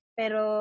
pero